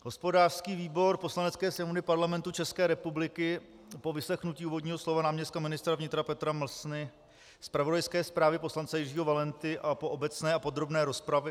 Hospodářský výbor Poslanecké sněmovny Parlamentu ČR po vyslechnutí úvodního slova náměstka ministra vnitra Petra Mlsny, zpravodajské zprávy poslance Jiřího Valenty a po obecné a podrobné rozpravě